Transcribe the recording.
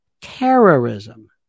terrorism